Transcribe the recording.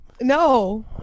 no